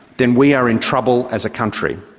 then we are in trouble as a country.